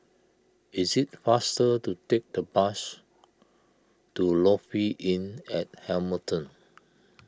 it is faster to take the bus to Lofi Inn at Hamilton